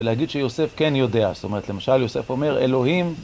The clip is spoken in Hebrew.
ולהגיד שיוסף כן יודע, זאת אומרת למשל יוסף אומר אלוהים